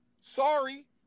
Sorry